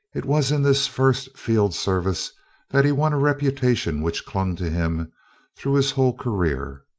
it was in this first field service that he won a reputation which clung to him through his whole career.